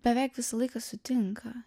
beveik visą laiką sutinka